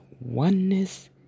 oneness